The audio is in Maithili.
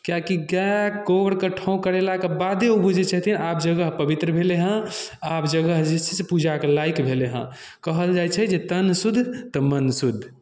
किआकि गाय गोबरके ठाँव करेलाके बादे ओ बुझै छथिन आब जगह पवित्र भेलै हेँ आब जगह जे छै से पूजाके लायक भेलै हेँ कहल जाइ छै जे तन शुद्ध तऽ मन शुद्ध